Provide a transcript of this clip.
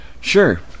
Sure